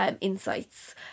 insights